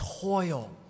toil